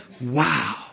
wow